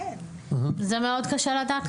זה מאוד קשה לדעת,